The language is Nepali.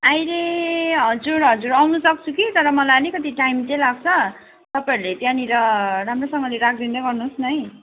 अहिले हजुर हजुर आउनु सक्छु कि तर मलाई अलिकति टाइम चाहिँ लाग्छ तपाईँहरूले त्यहाँनिर राम्रोसँगले राखिदिँदै गर्नुहोस् न हौ